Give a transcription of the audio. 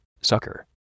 Sucker